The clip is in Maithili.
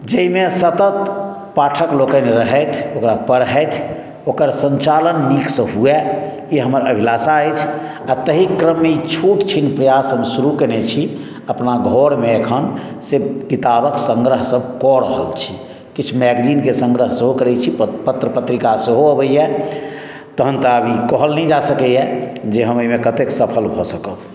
जाहिमे सतत पाठक लोकनि रहथि ओकरा पढ़थि ओकर सन्चालन नीक सऽ हुए ई हमर अभिलाषा अछि आ ताहि क्रममे ई छोट छिन प्रयास हम शुरू कयने छी अपना घरमे एखन से किताबक संग्रह सभ कऽ रहल छी किछु मैगजीनके संग्रह सेहो करै छी पत्र पत्रिका सेहो अबैया तहन तऽ आब ई कहल नहि जा सकैया जे हम एहिमे कत्ते सफल भऽ सकब